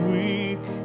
weak